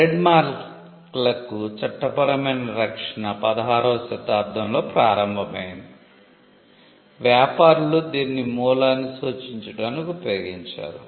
ట్రేడ్మార్క్లకు చట్టపరమైన రక్షణ 16 వ శతాబ్దంలో ప్రారంభమైంది వ్యాపారులు దీనిని మూలాన్ని సూచించడానికి ఉపయోగించారు